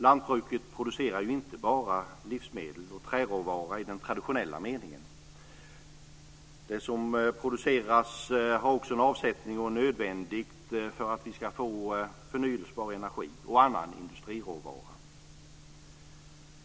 Lantbruket producerar inte bara livsmedel och träråvara i traditionell mening, utan det som produceras har också en avsättning och är nödvändigt för att vi ska få förnybar energi och annan industriråvara.